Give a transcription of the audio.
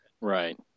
Right